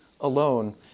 Alone